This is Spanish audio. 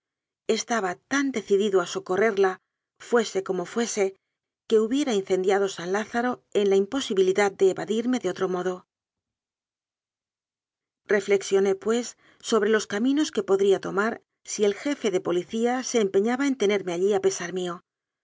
estaba tan decidido a socorrerla fuese como fue se que hubiera incendiado san lázaro en la im posibilidad de evadirme de otro modo reflexioné pues sobre los caminos que podría tomar si el jefe de policía se empeñaba en tener me allí a pesar mío